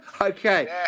Okay